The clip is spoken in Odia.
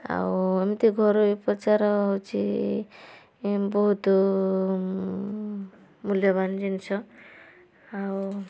ଆଉ ଏମିତି ଘରୋଇ ଉପଚାର ହଉଛି ଏ ବହୁତ ମୂଲ୍ୟବାନ ଜିନିଷ ଆଉ